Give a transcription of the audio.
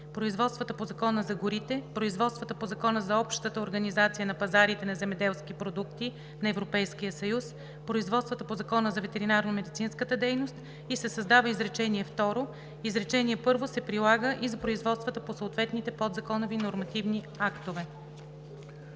производствата по Закона за горите, производствата по Закона за общата организация на пазарите на земеделски продукти на Европейския съюз, производствата по Закона за ветеринарномедицинската дейност“. И се създава изречение второ: „Изречение първо се прилага и за производствата по съответните подзаконови нормативни актове“.